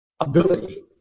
ability